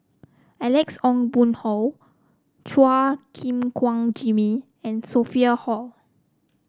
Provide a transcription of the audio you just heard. Alex Ong Boon Hau Chua Gim Guan Jimmy and Sophia Hull